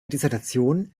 dissertation